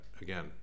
again